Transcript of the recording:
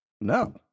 no